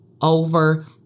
over